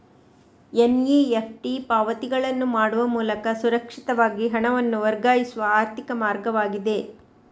NEFT ಪಾವತಿಗಳನ್ನು ಮಾಡುವ ಮೂಲಕ ಸುರಕ್ಷಿತವಾಗಿ ಹಣವನ್ನು ವರ್ಗಾಯಿಸುವ ಆರ್ಥಿಕ ಮಾರ್ಗವಾಗಿದೆ